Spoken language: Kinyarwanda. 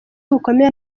bukomeye